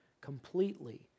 completely